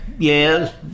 Yes